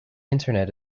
internet